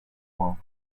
points